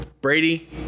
Brady